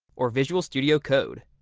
or visual studio code.